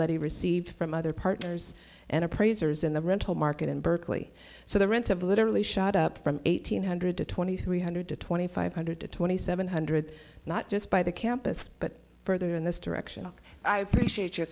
that he received from other partners and appraisers in the rental market in berkeley so the rents have literally shot up from eight hundred to twenty three hundred twenty five hundred twenty seven hundred not just by the campus but further in this direction i appreciate your